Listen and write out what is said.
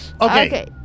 Okay